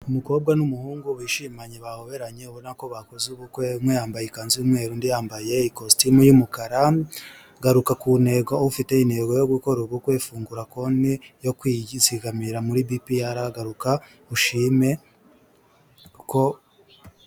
Umukobwa n'umuhungu bishimanye bahoberanye ubona ko bakoze ubukwe, umwe yambaye ikanzu'umweru undi yambaye ikositimu y'umukara, garuka ku ntego, ufite intego yo gukora ubukwe ifungura konti yo kwizigamira muri BPR garuka ushime kuko...